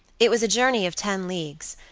it was a journey of ten leagues,